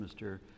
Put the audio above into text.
Mr